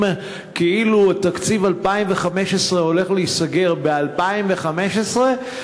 כאילו תקציב 2015 הולך להיסגר ב-2015,